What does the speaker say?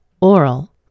oral